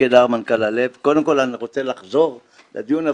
קודם כל אני רוצה לחזור לדיון,